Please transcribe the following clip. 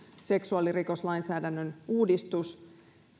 seksuaalirikoslainsäädännön uudistus